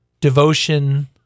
devotion